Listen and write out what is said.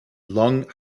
long